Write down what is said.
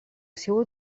seua